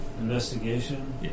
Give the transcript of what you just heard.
Investigation